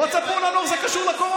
בואו תספרו לנו איך זה קשור לקורונה.